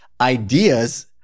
ideas